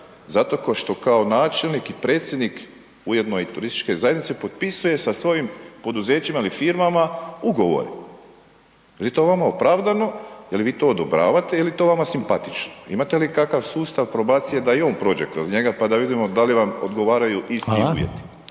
zato košto kao načelnik i predsjednik, ujedno i turističke zajednice, potpisuje sa svojim poduzećima ili firmama ugovore, jel vama to opravdano, jel vi to odobravate ili je to vama simpatično, imate li kakav sustav probacije da i on prođe kroz njega, pa da vidimo da li vam odgovaraju …/Upadica: